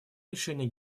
решение